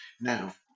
Now